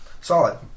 Solid